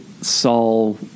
Saul